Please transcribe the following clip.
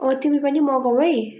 तिमी पनि मगाउ है